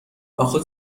اخه